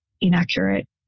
inaccurate